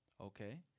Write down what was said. Okay